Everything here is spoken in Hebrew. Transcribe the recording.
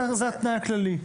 זה התנאי הכללי.